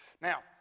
Now